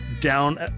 down